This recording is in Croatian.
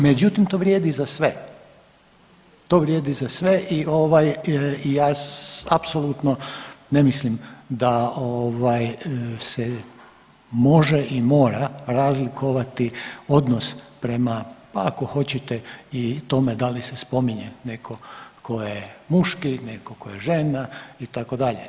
Međutim, to vrijedi za sve, to vrijedi za sve i ja apsolutno ne mislim da se može i mora razlikovati odnos prema pa ako hoćete i tome da li se spominje netko tko je muški, netko tko je žena itd.